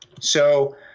So-